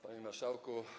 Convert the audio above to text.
Panie Marszałku!